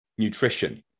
Nutrition